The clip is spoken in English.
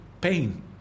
pain